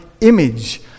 image